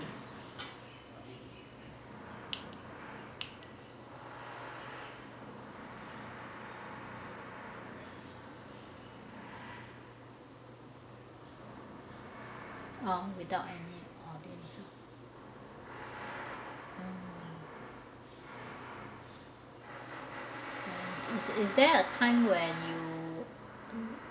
~s orh without any all this mm is is there a time when you